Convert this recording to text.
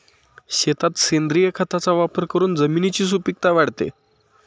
शेतात सेंद्रिय खताचा वापर करून जमिनीची सुपीकता वाढते